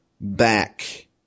back